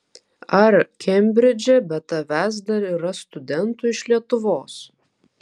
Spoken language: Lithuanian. ar kembridže be tavęs dar yra studentų iš lietuvos